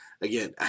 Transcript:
Again